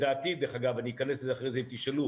ולדעתי, דרך אגב, אני אכנס לזה אחרי זה אם תשאלו,